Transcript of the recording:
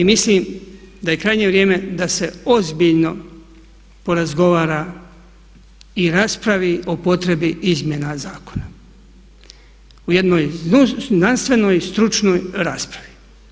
I mislim da je krajnje vrijeme da se ozbiljno porazgovara i raspravi o potrebi izmjena zakona u jednoj znanstvenoj i stručnoj raspravi.